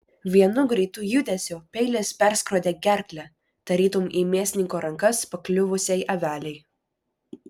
vienu greitu judesiu peilis perskrodė gerklę tarytum į mėsininko rankas pakliuvusiai avelei